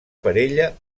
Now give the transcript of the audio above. parella